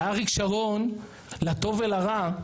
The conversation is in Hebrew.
ואריק שרון לטוב ולרע,